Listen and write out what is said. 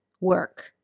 work